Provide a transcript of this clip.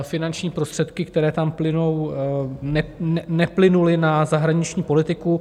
Finanční prostředky, které tam plynou, neplynuly na zahraniční politiku.